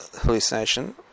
hallucination